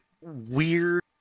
weird